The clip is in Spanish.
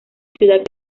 ciudad